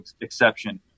exception